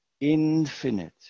infinite